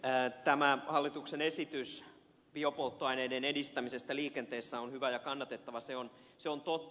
tämä hallituksen esitys biopolttoaineiden edistämisestä liikenteessä on hyvä ja kannatettava se on totta